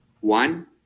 One